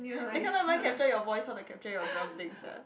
they cannot even capture your voice how to capture your grumblings ah